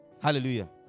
Hallelujah